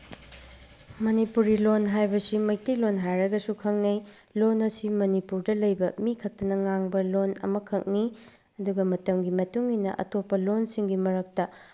ꯃꯅꯤꯄꯨꯔꯤ ꯂꯣꯜ ꯍꯥꯏꯕꯁꯤ ꯃꯩꯇꯩ ꯂꯣꯜ ꯍꯥꯏꯔꯒꯁꯨ ꯈꯪꯅꯩ ꯂꯣꯜ ꯑꯁꯤ ꯃꯅꯤꯄꯨꯔꯗ ꯂꯩꯕ ꯃꯤꯈꯛꯇꯅ ꯉꯥꯡꯕ ꯂꯣꯜ ꯑꯃꯈꯛꯅꯤ ꯑꯗꯨꯒ ꯃꯇꯝꯒꯤ ꯃꯇꯨꯡꯏꯟꯅ ꯑꯇꯣꯞꯄ ꯂꯣꯜꯁꯤꯡꯒꯤ ꯃꯔꯛꯇ